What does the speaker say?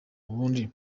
ubundi